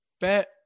Bet